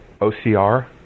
OCR